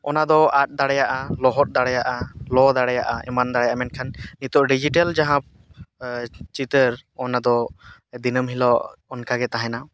ᱚᱱᱟ ᱫᱚ ᱟᱫ ᱫᱟᱲᱮᱭᱟᱜᱼᱟ ᱞᱚᱦᱚᱫ ᱫᱟᱲᱮᱭᱟᱜᱼᱟ ᱞᱚ ᱫᱟᱲᱮᱭᱟᱜᱼᱟ ᱮᱢᱟᱱ ᱫᱟᱲᱮᱭᱟᱜᱼᱟ ᱢᱮᱱᱠᱷᱟᱱ ᱱᱤᱛᱚᱜ ᱰᱤᱡᱤᱴᱮᱞ ᱡᱟᱦᱟᱸ ᱪᱤᱛᱟᱹᱨ ᱚᱱᱟ ᱫᱚ ᱫᱤᱱᱟᱹᱢ ᱦᱤᱞᱳᱜ ᱚᱱᱠᱟ ᱜᱮ ᱛᱟᱦᱮᱱᱟ